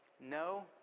no